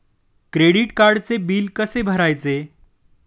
Credit कार्डचे bill कसे भरायचे?